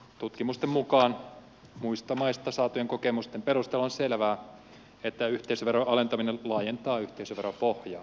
tutkimusten mukaan muista maista saatujen kokemusten perusteella on selvää että yhteisöveron alentaminen laajentaa yhteisöveropohjaa